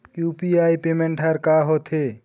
UPI payment हर का होते?